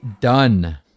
done